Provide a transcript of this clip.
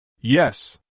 Yes